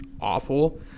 awful